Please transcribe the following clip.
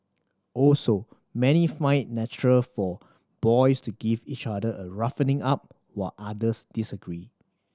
also many find natural for boys to give each other a roughening up while others disagree